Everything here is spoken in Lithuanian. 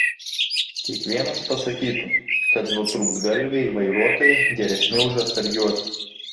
kiekvienas pasakytų kad nutrūktgalviai vairuotojai geresni už atsargiuosius